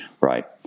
Right